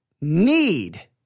need